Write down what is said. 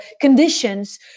conditions